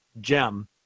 gem